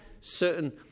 Certain